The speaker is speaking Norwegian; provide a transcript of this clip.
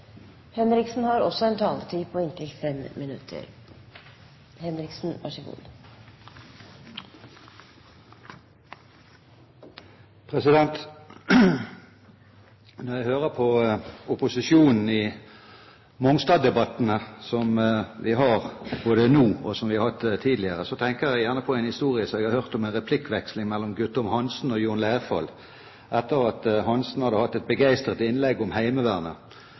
Når jeg hører opposisjonen i Mongstad-debattene både nå og tidligere, tenker jeg gjerne på en historie som jeg har hørt om en replikkveksling mellom Guttorm Hansen og Jon Leirfall, etter at Hansen hadde hatt et begeistret innlegg om Heimevernet.